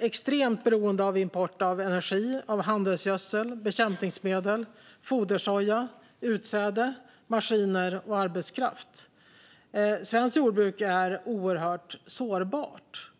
extremt beroende av import av energi, handelsgödsel, bekämpningsmedel, fodersoja, utsäde, maskiner och arbetskraft. Svenskt jordbruk är oerhört sårbart.